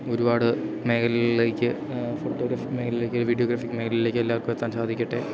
ഒരുപാട് മേഖലയിലേക്ക് ഫോട്ടോഗ്രാഫി മേഖലയിലേക്ക് വീഡിയോഗ്രാഫി മേഖലയിലേക്ക് എല്ലാവർക്കും എത്താൻ സാധിക്കട്ടെ